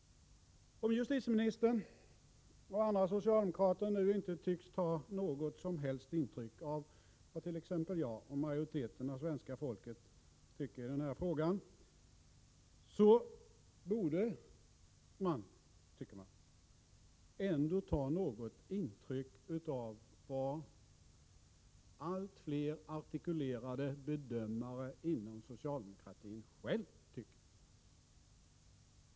Om justitieministern och andra socialdemokrater nu inte tycks ta något som helst intryck av vad t.ex. jag och majoriteten av svenska folket klart tycker i denna fråga, borde man kanske ändå ta något intryck av vad allt fler bedömare inom socialdemokratin själva bestämt anser.